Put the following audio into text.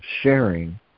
sharing